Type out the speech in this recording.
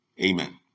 Amen